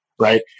Right